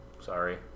sorry